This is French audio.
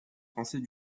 français